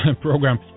program